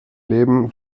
leben